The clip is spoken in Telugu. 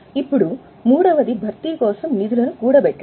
ఇప్పుడు మూడవది భర్తీ కోసం నిధులను కూడబెట్టడం